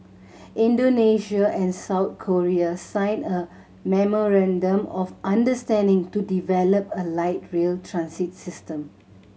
Indonesia and South Korea signed a memorandum of understanding to develop a light rail transit system